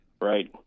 right